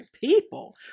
people